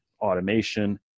automation